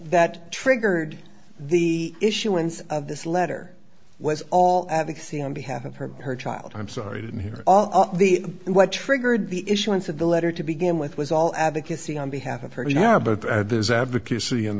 that triggered the issuance of this letter was all advocacy on behalf of her her child i'm sorry i didn't hear all the what triggered the issuance of the letter to begin with was all advocacy on behalf of her yeah but there's advocacy and